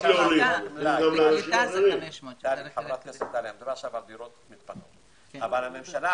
בקליטה זה 500. אבל הממשלה,